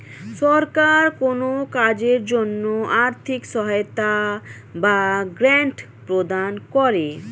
সরকার কোন কাজের জন্য আর্থিক সহায়তা বা গ্র্যান্ট প্রদান করে